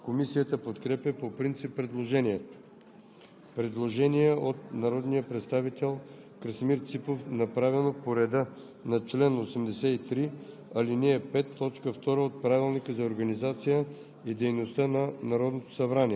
Предложение от народния представител Пламен Нунев и група народни представители. Комисията подкрепя по принцип предложението. Предложение от народния представител Красимир Ципов, направено по реда на чл. 83,